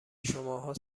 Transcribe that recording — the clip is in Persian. شماها